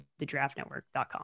theDraftNetwork.com